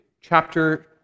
chapter